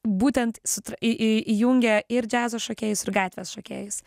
būtent su tr į į į jungia ir džiazo šokėjus ir gatvės šokėjus